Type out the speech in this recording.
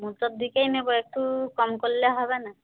সমুদ্রর দিকেই নেবো একটু কম করলে হবে না